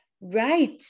right